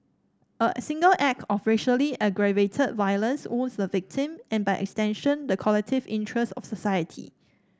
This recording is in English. a single act of racially aggravated violence wounds the victim and by extension the collective interest of society